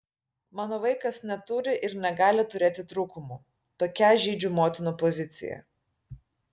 mano vaikas neturi ir negali turėti trūkumų tokia žydžių motinų pozicija